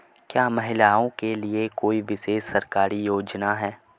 क्या महिलाओं के लिए कोई विशेष सरकारी योजना है?